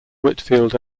whitfield